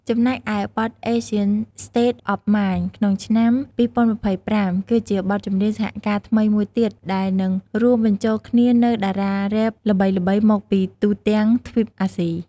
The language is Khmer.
ចំណែកឯ បទ "ASIAN STATE OF MIND" ក្នុង ឆ្នាំ២០២៥ គឺជាបទចម្រៀងសហការថ្មីមួយទៀតដែលនឹងរួមបញ្ចូលគ្នានូវតារារ៉េបល្បីៗមកពីទូទាំងទ្វីបអាស៊ី។